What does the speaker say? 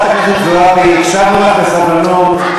חברת הכנסת זועבי, הקשבנו לך בסבלנות.